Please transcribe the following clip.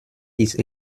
ist